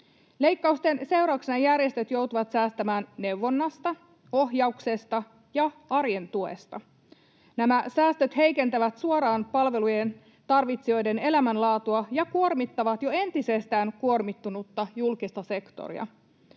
Leikkausten seurauksena järjestöt joutuvat säästämään neuvonnasta, ohjauksesta ja arjen tuesta. Nämä säästöt heikentävät suoraan palvelujen tarvitsijoiden elämänlaatua ja kuormittavat jo entisestään kuormittunutta julkista sektoria.